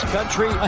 Country